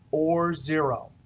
or zero.